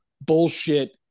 bullshit